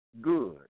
good